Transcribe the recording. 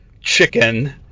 chicken